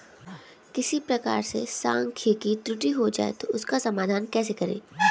किसी प्रकार से सांख्यिकी त्रुटि हो जाए तो उसका समाधान कैसे करें?